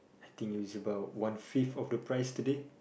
I think it is about one fifth of the price today